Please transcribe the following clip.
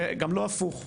גם לא הפוך.